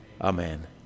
amen